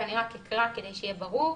אני אקרא כדי שיהיה ברור.